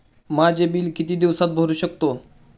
मी माझे बिल किती दिवसांत भरू शकतो?